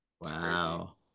Wow